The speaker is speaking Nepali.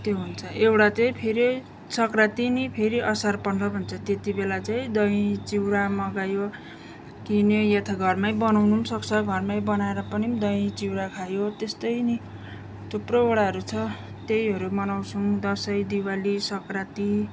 त्यो हुन्छ एउटा चाहिँ फेरि सङ्क्रान्ति नि फेरि असार पन्ध्र भन्छ त्यति बेला चाहिँ दही चिउरा मगायो किन्यो या त घरमै बनाउनु पनि सक्छ घरमै बनाएर पनि दही चिउरा खायो त्यस्तै नि थुप्रोवटाहरू छ त्यहीहरू मनाउँछौँ दसैँ दिवाली सङ्क्रान्ति